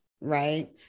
right